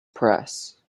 press